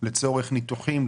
לצורך ניתוחים,